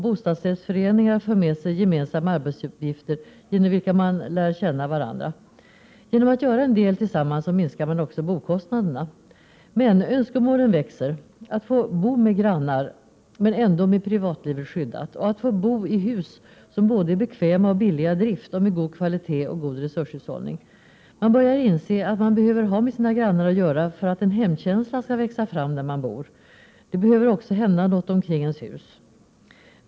Bostadsrättsföreningar för med sig gemensamma arbetsuppgifter, genom vilka man lär känna varandra. Genom att göra en del tillsammans minskar man också boendekostnaderna. Önskemålen växer att få bo med grannar men ändå med privatlivet skyddat. Och att få bo i hus som både är bekväma och billiga i drift och med god kvalitet och god resurshushållning. Man börjar inse att man behöver ha med sina grannar att göra för att en hemkänsla skall växa fram där man bor. Det behöver också hända något omkring ens hus.